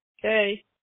Okay